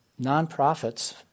Nonprofits